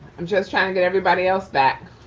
i'm just trying to get everybody else back.